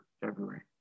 February